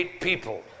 people